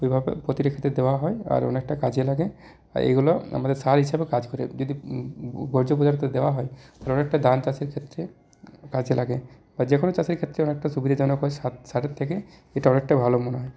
এই ভাবে প্রতিটি ক্ষেতে দেওয়া হয় আর অনেকটা কাজে লাগে এগুলো আমরা সার হিসেবে কাজ করে যদি বর্জ্য পদার্থ দেওয়া হয় ধান চাষের ক্ষেত্রে কাজে লাগে বা যে কোনো চাষের ক্ষেত্রে অনেকটা সুবিধাজনক হয় সারের থেকে এটা অনেকটা ভালো মনে হয়